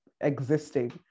existing